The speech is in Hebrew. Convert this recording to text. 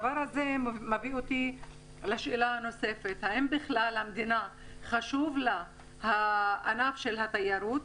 זה מביא אותי לשאלה הנוספת: האם למדינה בכלל חשוב ענף התיירות?